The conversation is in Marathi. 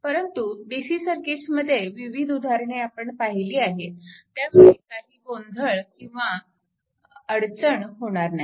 परंतु DC सर्किट्समध्ये विविध उदाहरणे आपण पाहिली आहेत त्यामुळे काही अडचण किंवा गोंधळ होणार नाही